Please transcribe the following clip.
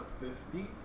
fifty